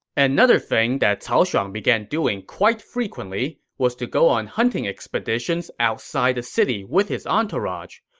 another thing that cao shuang began doing quite frequently was to go on hunting expeditions outside the city with his entourage.